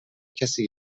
کسی